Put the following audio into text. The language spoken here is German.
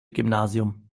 gymnasium